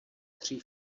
tří